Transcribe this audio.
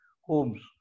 homes